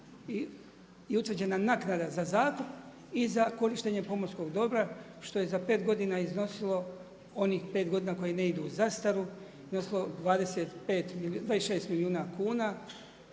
je utvrđena naknada za zakup i za korištenje pomorskog dobra što je za pet godina iznosilo onih pet godina koje ne idu u zastaru i … 26 milijuna kuna